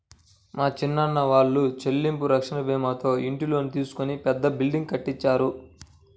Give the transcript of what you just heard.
మా చిన్నాన్న వాళ్ళు చెల్లింపు రక్షణ భీమాతో ఇంటి లోను తీసుకొని పెద్ద బిల్డింగ్ కట్టించారు